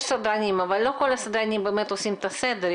יש סדרנים, אבל לא כל הסדרנים באמת עושים את הסדר.